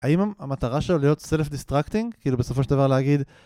האם המטרה שלו להיות סלף דיסטרקטינג? כאילו בסופו של דבר להגיד...